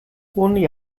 only